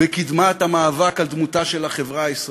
בקדמת המאבק על דמותה של החברה הישראלית.